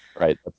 Right